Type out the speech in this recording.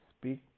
speak